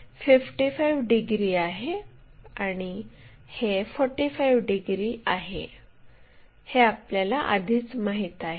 हे 55 डिग्री आहे आणि हे 45 डिग्री आहे हे आपल्याला आधीच माहित आहे